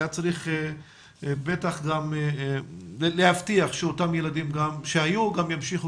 היה צריך בטח גם להבטיח שאותם ילדים שהיו ימשיכו